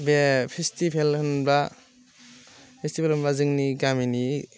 बे फेस्टिभेल होनब्ला फेस्टिभेल होनबा जोंनि गामिनि